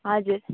हजुर